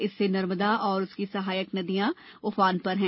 इससे नर्मदा तथा उसकी सहायक नदी नाल उफान पर हैं